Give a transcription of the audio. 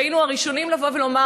והיינו הראשונים לבוא ולומר,